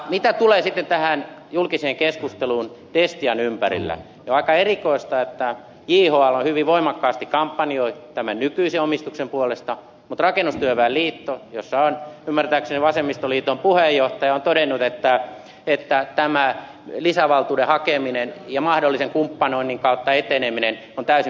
mitä tulee tähän julkiseen keskusteluun destian ympärillä niin on aika erikoista että jhl hyvin voimakkaasti kampanjoi tämän nykyisen omistuksen puolesta mutta rakennusliitto jossa on ymmärtääkseni vasemmistoliittolainen puheenjohtaja on todennut että tämä lisävaltuuden hakeminen ja mahdollisen kumppanoinnin kautta eteneminen on täysin perusteltua